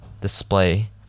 display